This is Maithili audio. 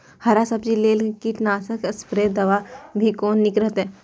हरा सब्जी के लेल कीट नाशक स्प्रै दवा भी कोन नीक रहैत?